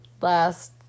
last